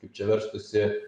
kaip čia verstųsi